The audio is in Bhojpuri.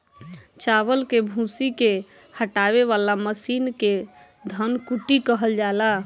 चावल के भूसी के हटावे वाला मशीन के धन कुटी कहल जाला